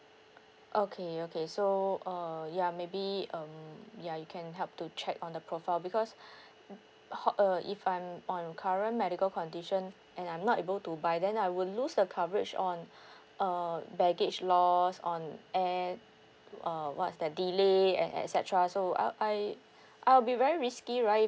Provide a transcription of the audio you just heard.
okay okay so err ya maybe um ya you can help to check on the profile because mm ho~ uh if I'm on current medical condition and I'm not able to buy then I will lose the coverage on uh baggage loss on air uh what's that delay and et cetera so I'll I I'll be very risky right